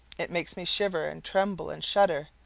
it makes me shiver and tremble and shudder.